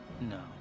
No